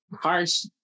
harsh